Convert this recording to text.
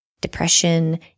depression